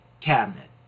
cabinet